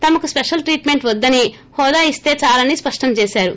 తమకు special treatment వద్దని హోదా ఇస్తే దాలని స్పష్టం చేశారు